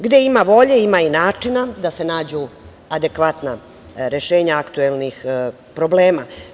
Gde ima volje, ima i načina da se nađu adekvatna rešenja aktuelnih problema.